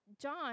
John